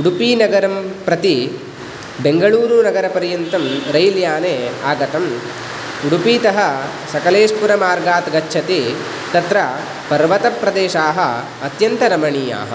उडुपिनगरं प्रति बेङ्गलूरुनगरपर्यन्तं रैल् याने आगतम् उडुपितः सकलेशपुरमार्गात् गच्छति तत्र पर्वतप्रदेशाः अत्यन्तरमणीयाः